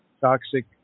Toxic